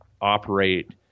operate